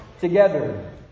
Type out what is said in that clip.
together